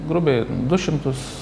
grubiai du šimtus